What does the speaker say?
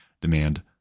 demand